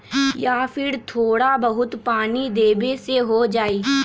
या फिर थोड़ा बहुत पानी देबे से हो जाइ?